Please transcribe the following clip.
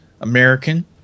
American